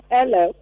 Hello